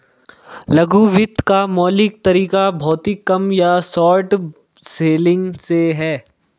लघु वित्त का मौलिक तरीका भौतिक कम या शॉर्ट सेलिंग है